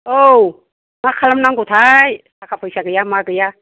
औ मा खालाम नांगौथाय थाखा फैसा गैया मा गैया